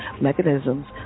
mechanisms